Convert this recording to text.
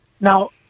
now